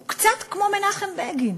הוא קצת כמו מנחם בגין.